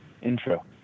intro